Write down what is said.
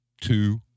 two